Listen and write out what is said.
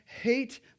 hate